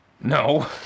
No